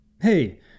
Hey